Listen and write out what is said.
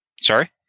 Sorry